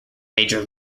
major